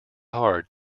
hard